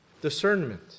Discernment